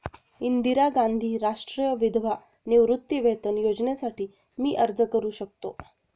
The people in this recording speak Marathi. इंदिरा गांधी राष्ट्रीय विधवा निवृत्तीवेतन योजनेसाठी मी अर्ज करू शकतो?